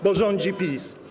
Bo rządzi PiS.